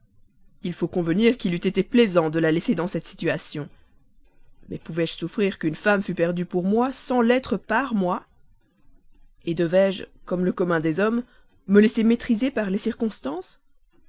il faut convenir qu'il eût été plaisant de la laisser dans cette situation mais pouvais-je souffrir qu'une femme fût perdue pour moi sans l'être par moi et devais-je comme le commun des hommes me laisser maîtriser par les circonstances